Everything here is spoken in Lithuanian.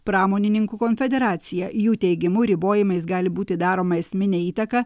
pramonininkų konfederacija jų teigimu ribojimais gali būti daroma esminė įtaka